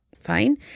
fine